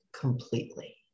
completely